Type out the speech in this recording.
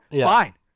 fine